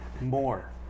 more